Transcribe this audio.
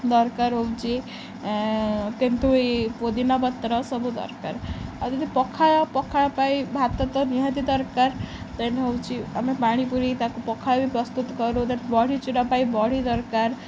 ଦରକାର ହେଉଛି ତେନ୍ତୁଳି ପୋଦିନା ପତ୍ର ସବୁ ଦରକାର ଆଉ ଯଦି ପଖାଳ ପଖାଳ ପାଇଁ ଭାତ ତ ନିହାତି ଦରକାର ତେଣୁ ହେଉଛି ଆମେ ପାଣି ପୁରାଇ ତାକୁ ପଖାଳ ବି ପ୍ରସ୍ତୁତ କରୁ ଦେନ୍ ବଢ଼ି ଚୁରା ପାଇଁ ବଢ଼ି ଦରକାର